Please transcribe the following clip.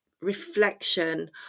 reflection